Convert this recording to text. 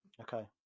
Okay